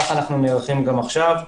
כך אנחנו נערכים גם עכשיו.